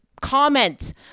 comment